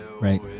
right